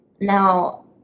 Now